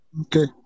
Okay